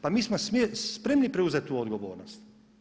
Pa mi smo spremni preuzeti tu odgovornost.